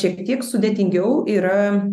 šiek tiek sudėtingiau yra